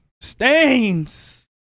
Stains